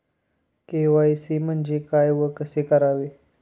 KYC म्हणजे काय व कसे करावे?